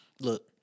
Look